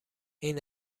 این